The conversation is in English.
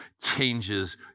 changes